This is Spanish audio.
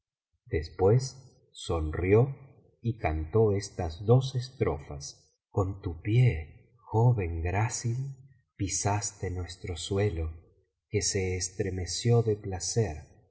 después sonrió y cantó estas dos estrofas con tu pie joven grácil pisaste nuestro suelo que se estremeció de placer